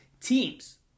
teams